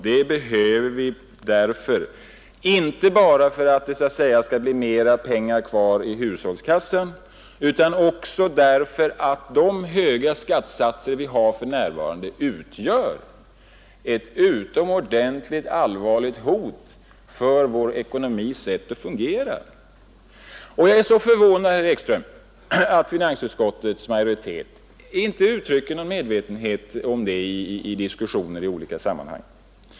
Det behöver vi göra inte bara därför att det skall bli mer pengar kvar i hushållskassan utan också därför att de höga skattesatser vi har för närvarande utgör ett utomordentligt allvarligt hot mot vår ekonomis sätt att fungera. Och jag är mycket förvånad över, herr Ekström, att finansutskottets majoritet inte uttrycker någon medvetenhet om det i diskussioner i olika sammanhang.